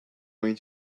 going